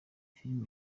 film